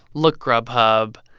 look, grubhub,